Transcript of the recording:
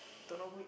don't know who